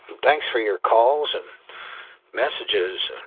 thanks for your calls and messages.